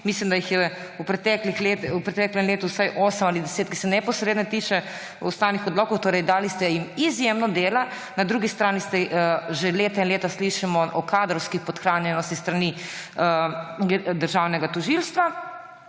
Mislim, da jih je v preteklem letu vsaj osem ali 10, ki se neposredno tičejo ustavnih odlokov. Torej, dali ste jim izjemno veliko dela, na drugi strani že leta in leta slišimo o kadrovski podhranjenosti s strani državnega tožilstva.